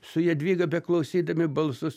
su jadvyga beklausydami balsus